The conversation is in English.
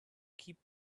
keep